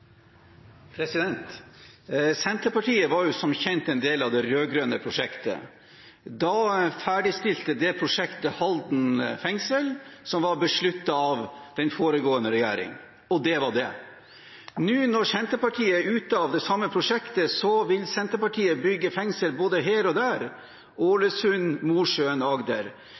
Senterpartiet var som kjent en del av det rød-grønne prosjektet. Da ferdigstilte de prosjektet Halden fengsel, som var besluttet av den foregående regjering – og det var det. Nå når Senterpartiet er ute av det samme prosjektet, vil Senterpartiet bygge fengsel både her og der – Ålesund, Mosjøen og Agder.